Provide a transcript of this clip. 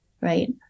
right